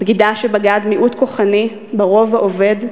הבגידה שבגד מיעוט כוחני ברוב העובד,